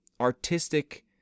artistic